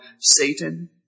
Satan